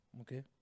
okay